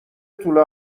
توله